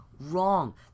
wrong